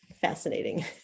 fascinating